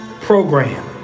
Program